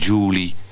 Julie